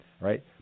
right